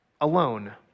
alone